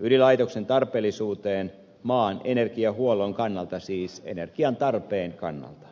ydinlaitoksen tarpeellisuuteen maan energiahuollon kannalta siis energian tarpeen kannalta